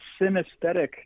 synesthetic